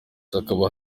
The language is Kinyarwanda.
hakaba